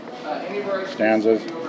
stanzas